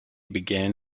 began